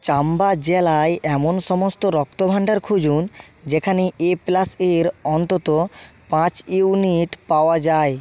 চাম্বা জেলায় এমন সমস্ত রক্তভাণ্ডার খুঁজুন যেখানে এ প্লাসের অন্তত পাঁচ ইউনিট পাওয়া যায়